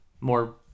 more